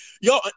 Yo